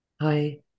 Hi